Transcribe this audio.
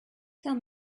tell